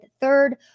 third